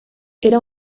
era